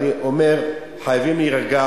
אני אומר: חייבים להירגע.